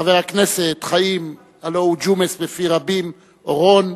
חבר הכנסת חיים, הלוא הוא ג'ומס בפי רבים, אורון,